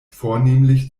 vornehmlich